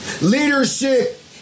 Leadership